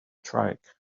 track